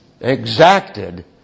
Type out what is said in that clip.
exacted